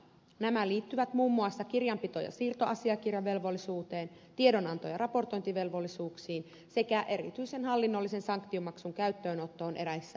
nämä liittyvät muun muassa kirjanpito ja siirtoasiakirjavelvollisuuteen tiedonanto ja raportointivelvollisuuksiin sekä erityisen hallinnollisen sanktiomaksun käyttöönottoon eräissä laiminlyöntitapauksissa